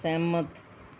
ਸਹਿਮਤ